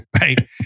right